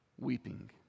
Weeping